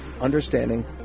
understanding